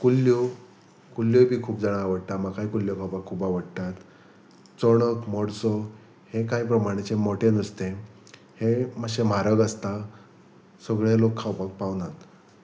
कुल्ल्यो कुल्ल्यो बी खूब जाणां आवडटा म्हाकाय कुल्ल्यो खावपाक खूब आवडटात चणक मोडसो हें कांय प्रमाणाचे मोटें नुस्तें हें मातशें म्हारग आसता सगळे लोक खावपाक पावनात